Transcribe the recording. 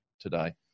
today